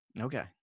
Okay